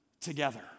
together